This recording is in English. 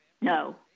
No